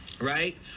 right